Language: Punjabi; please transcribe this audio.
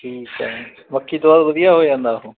ਠੀਕ ਹੈ ਮੱਕੀ ਤੋਂ ਬਾਅਦ ਵਧੀਆ ਹੋ ਜਾਂਦਾ ਉਹ